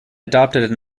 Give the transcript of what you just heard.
adopted